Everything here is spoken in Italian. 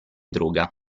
droga